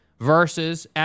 versus